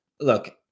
look